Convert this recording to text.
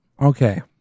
Okay